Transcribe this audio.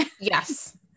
Yes